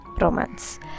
romance